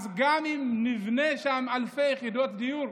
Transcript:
גם אם נבנה שם אלפי יחידות דיור,